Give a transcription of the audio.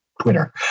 Twitter